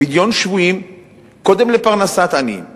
"פדיון שבויים קודם לפרנסת עניים ולכסותן,